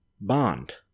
bond